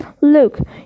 Look